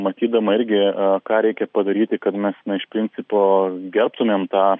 matydama irgi ką reikia padaryti kad mes na iš principo gerbtumėm tą